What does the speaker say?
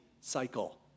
cycle